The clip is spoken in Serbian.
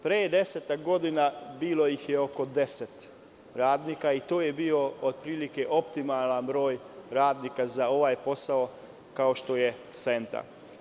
Pre desetak godina bilo ih je oko 10 radnika i to je bio otprilike optimalan broj radnika za ovaj posao kao što je Senta.